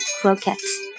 croquettes